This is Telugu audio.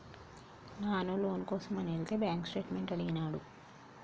నాను లోను కోసమని ఎలితే బాంక్ స్టేట్మెంట్ అడిగినాడు